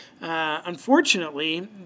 unfortunately